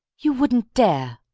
you wouldn't dare!